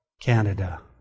Canada